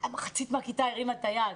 מחצית מהכיתה הרימה את היד.